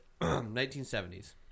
1970s